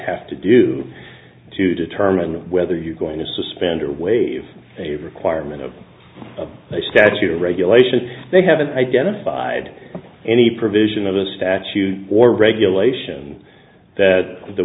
have to do to determine whether you're going to suspend or waive a requirement of a statute or regulation they haven't identified any provision of a statute or regulation that the